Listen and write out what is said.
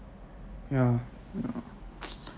ya